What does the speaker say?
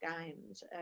Games